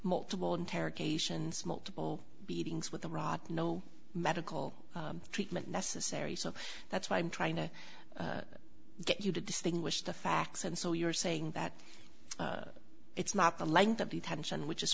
multiple interrogations multiple beatings with a rod no medical treatment necessary so that's why i'm trying to get you to distinguish the facts and so you're saying that it's not the length of detention which is